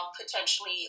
potentially